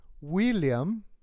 William